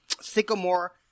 Sycamore